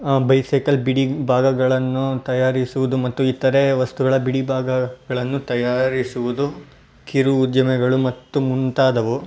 bicycle ಬಿಡಿ ಭಾಗಗಳನ್ನು ತಯಾರಿಸುವುದು ಮತ್ತು ಇತರೇ ವಸ್ತುಗಳ ಬಿಡಿ ಭಾಗಗಳನ್ನು ತಯಾರಿಸುವುದು ಕಿರು ಉದ್ಯಮಿಗಳು ಮತ್ತು ಮುಂತಾದವು